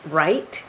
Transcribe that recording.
right